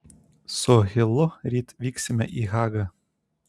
su hilu ryt vyksime į hagą